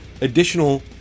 additional